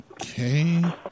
Okay